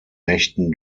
mächten